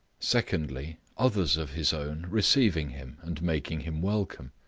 secondly, others of his own receiving him, and making him welcome.